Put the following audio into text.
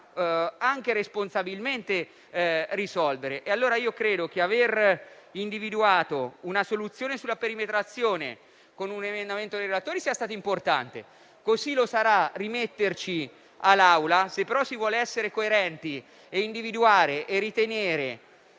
anche responsabilmente, risolvere. Credo quindi che aver individuato una soluzione sulla perimetrazione con un emendamento dei relatori sia stato importante, così lo sarà rimetterci all'Assemblea; se però si vuole essere coerenti e ritenere,